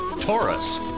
Taurus